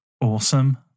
awesome